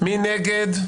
מי נגד?